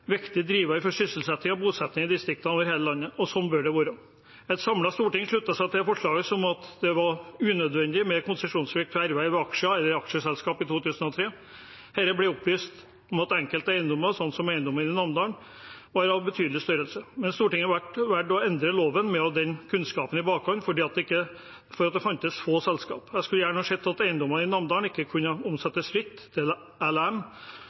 viktig driver for sysselsetting og bosetting i distriktene over hele landet, og sånn bør det være. Et samlet storting sluttet seg i 2003 til forslaget om at det var unødvendig med konsesjonsplikt ved erverv av aksjer eller aksjeselskap. Det ble opplyst om at enkelte eiendommer, sånn som eiendommen i Namdalen, var av betydelig størrelse, men Stortinget valgte å endre loven, også med den kunnskapen i bakhånd, fordi det fantes få selskap. Jeg skulle gjerne sett at eiendommen i Namdalen ikke kunne omsettes fritt til